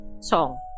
song